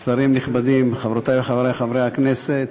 שרים נכבדים, חברותי וחברי חברי הכנסת,